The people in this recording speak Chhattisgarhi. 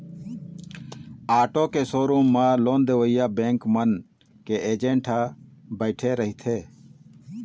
आटो के शोरूम म लोन देवइया बेंक मन के एजेंट ह बइठे रहिथे